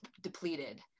depleted